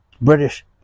British